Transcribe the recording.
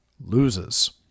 loses